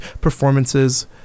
performances